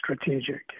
strategic